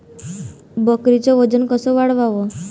बकरीचं वजन कस वाढवाव?